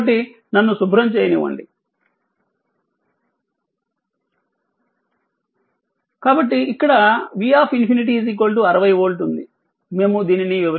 కాబట్టి నన్ను శుభ్రం చేయనివ్వండి కాబట్టి ఇక్కడ v∞ 60 వోల్ట్ ఉంది మేము దీనిని వివరించాము